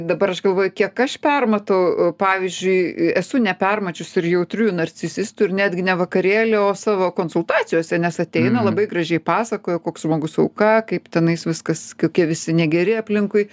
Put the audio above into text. dabar aš galvoju kiek aš permatau pavyzdžiui esu nepermačiusi ir jautriųjų nacisistų ir netgi ne vakarėly o savo konsultacijose nes ateina labai gražiai pasakoja koks žmogus auka kaip tenais viskas kokie jie visi negeri aplinkui